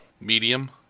medium